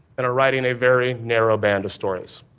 and are writing a very narrow band of stories.